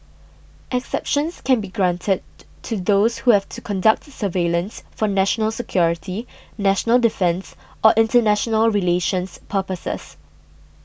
exceptions can be granted to those who have to conduct the surveillance from national security national defence or international relations purposes